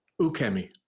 Ukemi